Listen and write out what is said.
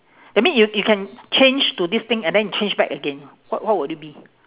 that mean you you can change to this thing and then you change back again what what would it be